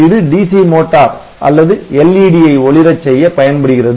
இது DC motor அல்லது LED ஐ ஒளிரச் செய்ய பயன்படுகிறது